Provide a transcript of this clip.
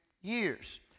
years